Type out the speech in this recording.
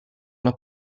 alla